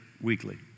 weekly